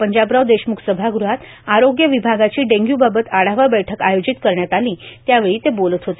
पंजाबराव देशमुख सभागृहात आरोग्य विभागाची डेंग्यूबाबत आढावा बैठक आयोजित करण्यात आली त्यावेळी ते बोलत होते